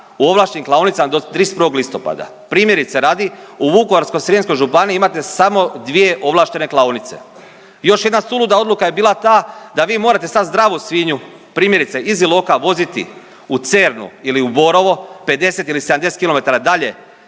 u ovlaštenim klaonicama do 31. listopada. Primjerice radi u Vukovarsko-srijemskoj županiji imate samo dvije ovlaštene klaonice. Još jedna suluda odluka je bila ta da vi morate sad zdravu svinju primjerice iz Iloka voziti u Cernu ili u Borovo 50 ili 70 km dalje,